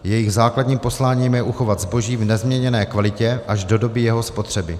Jejich základním posláním je uchovat zboží v nezměněné kvalitě až do doby jeho spotřeby.